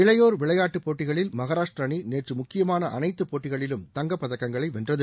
இளையோர் விளையாட்டுப் போட்டிகளில் மகாராஷ்டிர அணி நேற்று முக்கியமான அனைத்து போட்டிகளிலும் தங்கப் பதக்கங்களை வென்றது